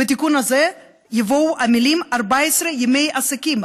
בתיקון הזה, יבואו המילים: 14 ימי עסקים.